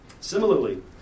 Similarly